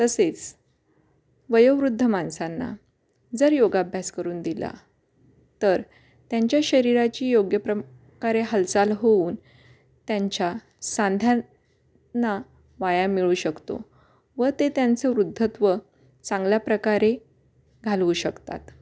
तसेच वयोवृद्ध माणसांना जर योगाभ्यास करून दिला तर त्यांच्या शरीराची योग्य प्रकारे हालचाल होऊन त्यांच्या सांध्यां ना व्यायाम मिळू शकतो व ते त्यांचं वृद्धत्व चांगल्या प्रकारे घालवू शकतात